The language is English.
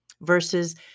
versus